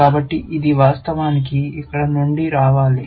కాబట్టి ఇది వాస్తవానికి ఇక్కడ నుండి రావాలి